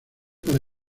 para